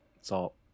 Salt